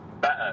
Better